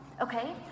okay